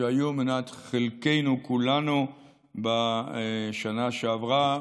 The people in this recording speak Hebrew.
שהיו מנת חלקנו כולנו בשנה שעברה.